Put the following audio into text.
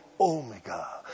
Omega